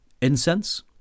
incense